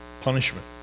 punishment